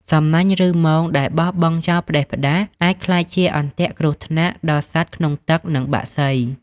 សំណាញ់ ឬ ម៉ងដែលបោះបង់ចោលផ្ដេសផ្ដាស អាចក្លាយជាអន្ទាក់គ្រោះថ្នាក់ដល់សត្វក្នុងទឹកនិងបក្សី។